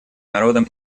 народом